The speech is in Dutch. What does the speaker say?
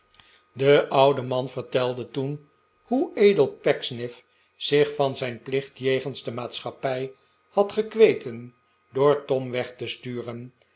de oude man vertelde toen hoe edel pecksniff zich van zijn plicht jegens de maatschappij had gekweten door tom weg te sturen